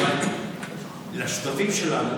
לשותפים שלנו